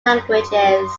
languages